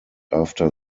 after